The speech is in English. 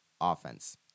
offense